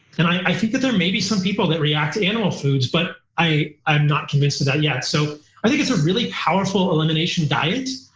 and i think that there may be some people that react to animal foods, but i'm not convinced of that yet. so i think it's a really powerful elimination diet.